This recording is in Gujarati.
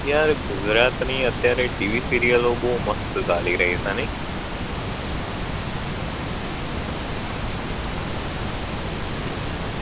યાર ગુજરાતની અત્યારે ટીવી સિરિયલો બહુ મસ્ત ચાલી રહી સે નહીં